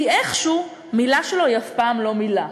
כי איכשהו מילה שלו היא אף פעם לא מילה.